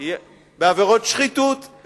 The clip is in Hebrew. בעבירות שחיתות.